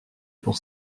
pour